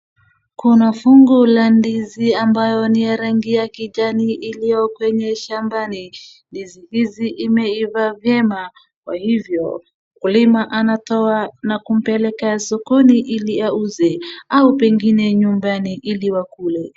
Kuna fungu la ndizi ambayo ni ya rangi ya kijani iliyo kwenye shambani. Ndizi hizi imeiva vyema, kwa hivyo mkulima anatoa na kumpeleka sokoni ili auze au pengine nyumbani ili wakule.